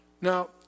Now